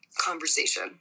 conversation